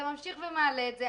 אתה ממשיך ומעלה את זה,